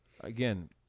Again